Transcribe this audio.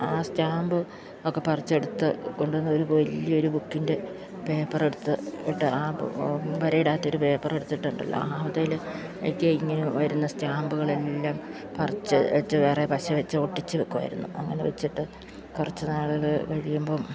ആ സ്റ്റാമ്പ് ഒക്കെ പറിച്ചെടുത്ത് കൊണ്ടന്ന് ഒരു വല്യൊരു ബുക്കിൻ്റെ പേപ്പറെടുത്ത് ഇട്ട് ആ വരയിടാത്തൊരു പേപ്പറ് എടുത്തിട്ടുണ്ടല്ലോ ആ അതേല് എനിക്ക് ഇങ്ങനെ വരുന്ന സ്റ്റാമ്പുകളെല്ലാം പറിച്ചു വച്ചു വേറെ പശ വച്ചു ഒട്ടിച്ച് വയ്ക്കുമായിരുന്നു അങ്ങനെ വച്ചിട്ട് കുറച്ചു നാൾ കഴിയുമ്പം